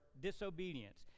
disobedience